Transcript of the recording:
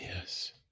Yes